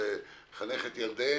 לחנך את ילדיהם.